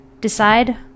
decide